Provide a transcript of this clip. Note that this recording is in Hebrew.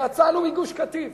יצאנו מגוש-קטיף,